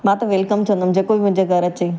मां त वेलकम चवंदमि जेको बि मुंहिंजे घरु अचे